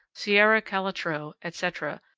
sierra calitro, etc,